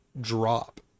drop